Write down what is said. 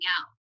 out